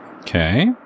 Okay